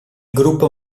gruppo